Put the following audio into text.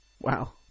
Wow